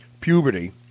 puberty